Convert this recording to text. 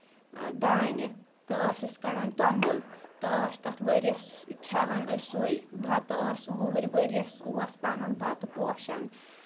دانہِ تہٕ ٲسۍ کَڑان توٚمل تہٕ ٲسۍ تَتھ ؤریَس کھؠوان أسۍ سُے بَتہٕ ٲسۍ وُہُر ؤریَس اوس پَنُن بَتہٕ پوشَان